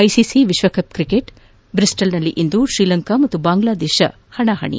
ICC ವಿಶ್ವಕಪ್ cricket ಬ್ರಿಸ್ನಲ್ನಲ್ಲಿ ಇಂದು ಶ್ರೀಲಂಕಾ ಬಾಂಗ್ಲಾದೇಶ ಹಣಾಹಣಿ